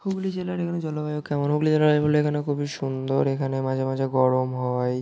হুগলি জেলার এখানে জলবায়ু কেমন হুগলি জেলার এ বলে এখানে খুবই সুন্দর এখানে মাঝে মাঝে গরম হয়